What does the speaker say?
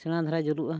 ᱥᱮᱬᱟ ᱫᱷᱟᱨᱟᱭ ᱡᱩᱞᱩᱜᱼᱟ